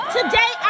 Today